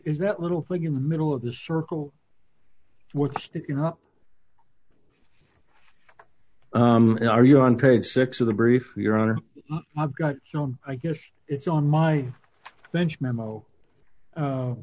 is that little thing in the middle of the circle with sticking up for you on page six of the brief your honor i've got so i guess it's on my